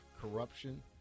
corruption